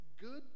good